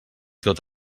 tot